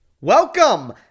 Welcome